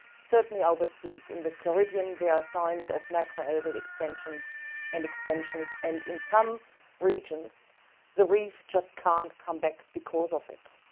certainly overseas in the caribbean there are signs of macro-algal extensions and expansions, and in some regions the reef just can't come back because of it.